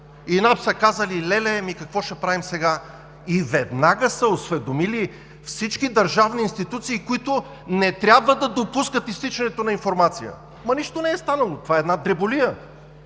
и НАП са казали: „Леле, ами какво ще правим сега?“ Веднага са осведомили всички държавни институции, които не трябва да допускат изтичането на информация. „Ама нищо не е станало, това е една дреболия.“